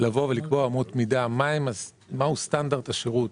לבוא ולקבוע אמות מידה מה הוא סטנדרט השירות